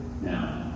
now